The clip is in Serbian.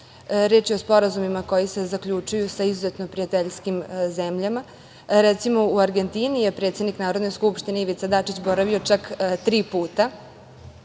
je o sporazumima koji se zaključuju sa izuzetno prijateljskim zemljama. Recimo, u Argentini je predsednik Narodne skupštine Ivica Dačić boravio čak tri puta,